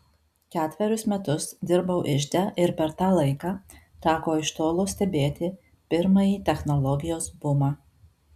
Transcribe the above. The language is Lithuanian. ketverius metus dirbau ižde ir per tą laiką teko iš tolo stebėti pirmąjį technologijos bumą